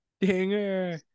Dinger